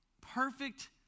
perfect